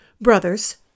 Brothers